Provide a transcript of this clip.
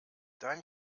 dein